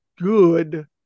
good